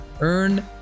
Earn